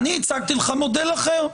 אני הצגתי לך מודל אחר,